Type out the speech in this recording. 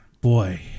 Boy